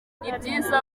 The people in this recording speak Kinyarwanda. byiza